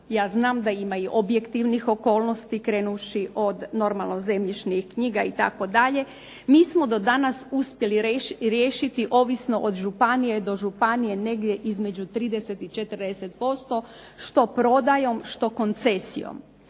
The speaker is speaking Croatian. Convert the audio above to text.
ja znam da ima objektivnih okolnosti krenuvši normalno od zemljišnih knjiga, mi smo do danas uspjeli riješiti ovisno od županije do županije, negdje između 30 i 40% što prodajom što koncesijom.